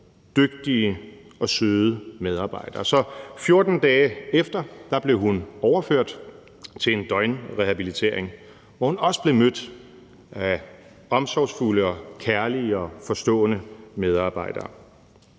dygtige og søde medarbejdere. 14 dage efter blev hun så overført til en døgnrehabilitering, hvor hun også blev mødt af omsorgsfulde og kærlige og forstående medarbejdere.